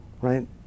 right